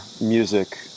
music